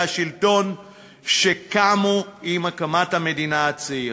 השלטון שקמו עם הקמת המדינה הצעירה.